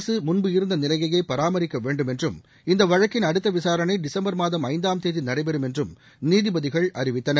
அரசு முன்பு இருந்த நிலையையே பராமரிக்க வேண்டும் என்றும் இந்த வழக்கின் அடுத்த விசாரணை டிசம்பர் மாதம் ஐந்தாம் தேதி நடைபெறும் என்றும் நீதிபதிகள் அறிவித்தனர்